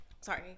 sorry